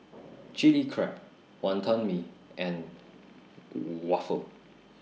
Chili Crab Wantan Mee and Waffle